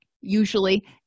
usually